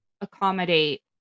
accommodate